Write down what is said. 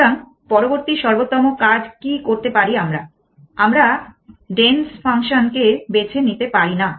সুতরাং পরবর্তী সর্বোত্তম কাজ কি করতে পারি আমরা আমরা ডেন্স ফাংশন কে বেছে নিতে পারি না